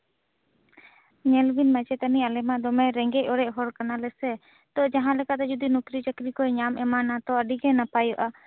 ᱧᱮᱞ ᱵᱮᱱ ᱢᱟᱪᱮᱛᱟᱱᱤ ᱟᱞᱮᱢᱟ ᱫᱚᱢᱮ ᱨᱮᱸᱜᱮᱡᱼᱚᱨᱮᱡ ᱦᱚᱲ ᱠᱟᱱᱟᱞᱮᱥᱮ ᱛᱚ ᱡᱟᱦᱟᱸᱞᱮᱠᱟ ᱛᱮ ᱡᱩᱫᱤ ᱱᱩᱠᱨᱤᱼᱪᱟᱠᱨᱤ ᱠᱚᱭ ᱧᱟᱢ ᱮᱢᱟᱱᱟ ᱛᱚ ᱟᱹᱰᱤ ᱜᱮ ᱱᱟᱯᱟᱭᱚᱜᱼᱟ